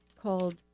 Called